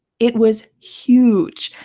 it was huge.